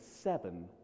seven